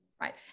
right